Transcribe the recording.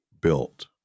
built